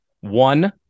One